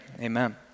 amen